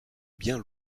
bien